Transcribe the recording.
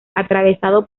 atravesado